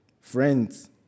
Friends